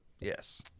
Yes